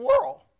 world